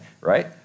right